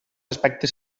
aspectes